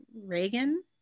Reagan